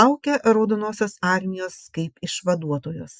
laukė raudonosios armijos kaip išvaduotojos